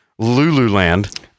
Lululand